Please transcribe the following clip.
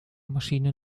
maschine